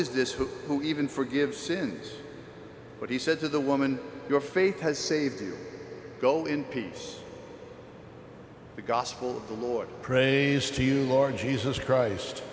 is this who who even forgive sins but he said to the woman your faith has saved you go in peace the gospel the lord praise to you lord jesus christ